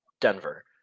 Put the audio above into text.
Denver